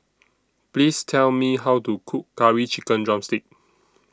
Please Tell Me How to Cook Curry Chicken Drumstick